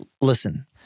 listen